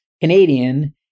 Canadian